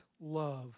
love